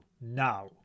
now